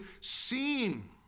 seen